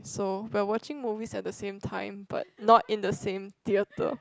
so we are watching movie at the same time but not in the same theatre